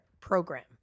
program